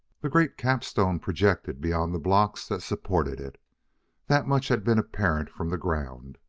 the great capstone projected beyond the blocks that supported it that much had been apparent from the ground.